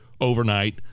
overnight